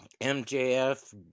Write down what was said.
MJF